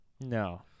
No